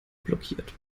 blockiert